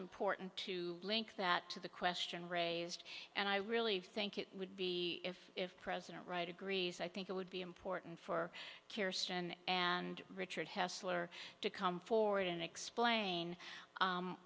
important to link that to the question raised and i really think it would be if if president right agrees i think it would be important for kiersten and richard hasler to come forward and explain